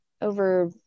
over